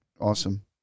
awesome